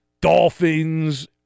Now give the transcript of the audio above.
Dolphins